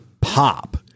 pop